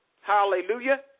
Hallelujah